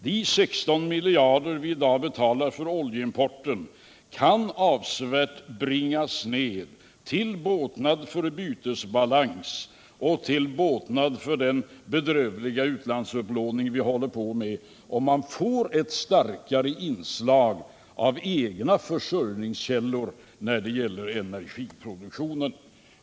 De 16 miljarder kronor vi i dag betalar för oljeimporten kan bringas ned avsevärt, till båtnad för bytesbalansen och för att komma till rätta med den bedrövliga utlandsupplåning som vi håller på med, om man får ett starkare inslag av egna försörjningskällor när det gäller energiproduktionen.